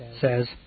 says